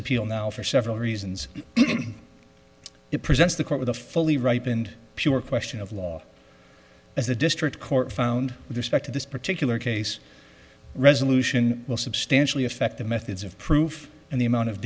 appeal now for several reasons it presents the court with a fully ripe and pure question of law as the district court found with respect to this particular case resolution will substantially affect the methods of proof and the amount of